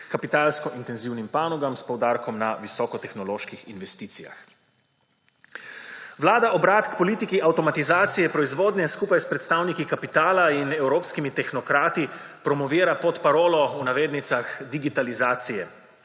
kapitalsko intenzivnim panogam s poudarkom na visokotehnoloških investicijah. Vlada obrat k politiki avtomatizacije proizvodnje skupaj s predstavniki kapitala in evropskimi tehnokrati promovira pod parolo »digitalizacije«.